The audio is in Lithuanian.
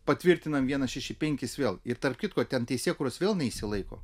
patvirtinam vieną šešis penkis vėl ir tarp kitko ten teisėkūros vėl neišsilaiko